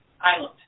Island